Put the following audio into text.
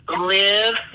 Live